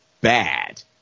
bad